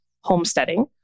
homesteading